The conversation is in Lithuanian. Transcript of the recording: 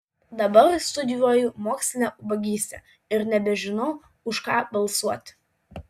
dabar studijuoju mokslinę ubagystę ir nebežinau už ką balsuoti